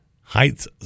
Heights